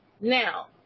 Now